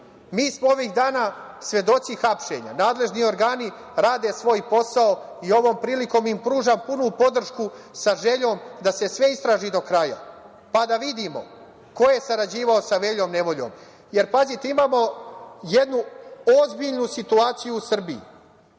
smo ovih dana svedoci hapšenja. Nadležni organi rade svoj posao. Ovom prilikom im pružam punu podršku sa željom da se sve istraži do kraja, pa da vidimo ko je sarađivao sa Veljom Nevoljom. Pazite, imamo jednu ozbiljnu situaciju u Srbiji,